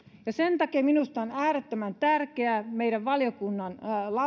sen takia minusta on äärettömän tärkeää se että meidän valiokunnan